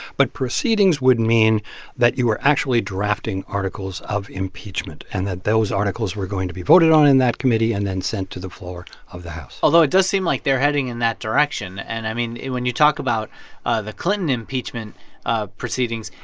but proceedings would mean that you were actually drafting articles of impeachment and that those articles were going to be voted on in that committee and then sent to the floor of the house although, it does seem like they're heading in that direction. and, i mean, when you talk about ah the clinton impeachment ah proceedings,